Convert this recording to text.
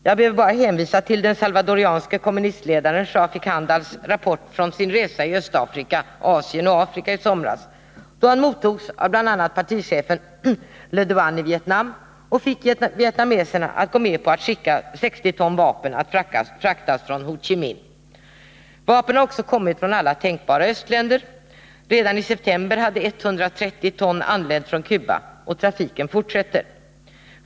Jag behöver bara hänvisa till den salvadorianske kommunistledarens Shafik Handals rapport från sin resa i Östeuropa, Asien och Afrika i somras, då han mottogs av bl.a. partichefen Le Duan i Vietnam och fick vietnameserna att gå med på att skicka 60 ton vapen, att fraktas från Ho Chi-Minh. Vapen har kommit från alla tänkbara östländer. Redan i september hade 130 ton anlänt från Cuba, och trafiken fortsätter.